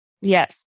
Yes